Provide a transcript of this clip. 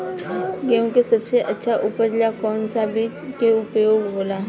गेहूँ के सबसे अच्छा उपज ला कौन सा बिज के उपयोग होला?